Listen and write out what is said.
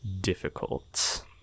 difficult